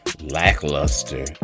lackluster